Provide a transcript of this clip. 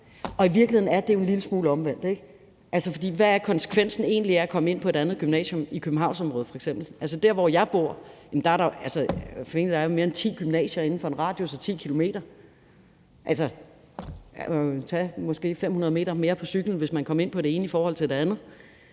og i virkeligheden er det jo en lille smule omvendt, ikke? For hvad er egentlig konsekvensen af at komme ind på et andet gymnasium i f.eks. Københavnsområdet? Der, hvor jeg bor, er der formentlig mere end ti gymnasier inden for en radius af 10 km, og man måtte måske tage 500 meter mere på cyklen, hvis man kom ind på det ene i forhold til det andet,